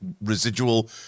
residual